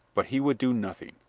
but he would do nothing,